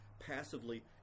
Passively